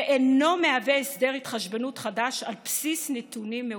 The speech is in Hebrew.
ואינו מהווה הסדר התחשבנות חדש על בסיס נתונים מעודכנים.